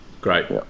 Great